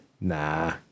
Nah